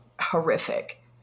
horrific